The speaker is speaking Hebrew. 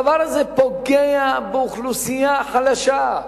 הדבר הזה פוגע באוכלוסייה החלשה,